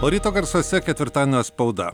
o ryto garsuose ketvirtadienio spauda